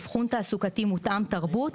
אבחון תעסוקתי מותאם תרבות.